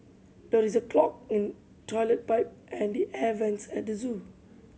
there is a clog in toilet pipe and the air vents at the zoo